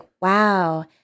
wow